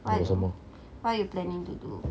有什么